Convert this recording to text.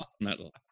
metal